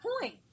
point